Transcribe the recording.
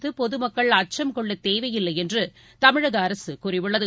தமிழகத்தில் பொதுமக்கள் அச்சம் கொள்ளத் தேவையில்லைஎன்றுதமிழகஅரசுகூறியுள்ளது